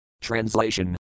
Translation